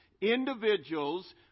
individuals